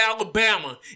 Alabama